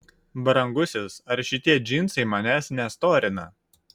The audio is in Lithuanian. brangusis ar šitie džinsai manęs nestorina